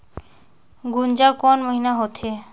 गुनजा कोन महीना होथे?